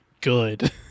good